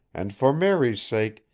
and for mary's sake,